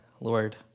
Lord